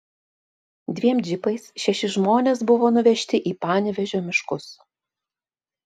dviem džipais šeši žmonės buvo nuvežti į panevėžio miškus